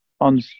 on